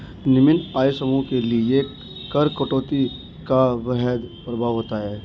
निम्न आय समूहों के लिए कर कटौती का वृहद प्रभाव होता है